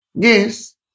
Yes